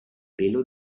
pelo